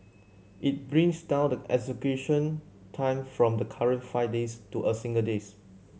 it brings down the execution time from the current five days to a single days